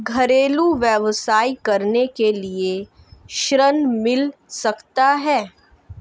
घरेलू व्यवसाय करने के लिए ऋण मिल सकता है?